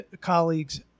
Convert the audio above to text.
colleagues